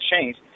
change